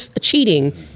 cheating